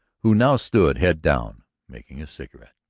who now stood, head down, making a cigarette.